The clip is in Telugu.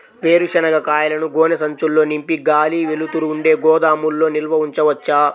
వేరుశనగ కాయలను గోనె సంచుల్లో నింపి గాలి, వెలుతురు ఉండే గోదాముల్లో నిల్వ ఉంచవచ్చా?